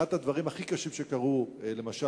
אחד הדברים הכי קשים שקרו, למשל